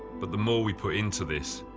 but the more we put into this,